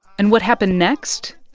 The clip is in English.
and what happened next,